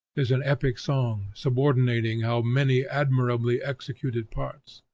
is an epic song, subordinating how many admirably executed parts.